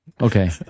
Okay